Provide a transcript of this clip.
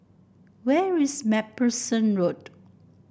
where is MacPherson Road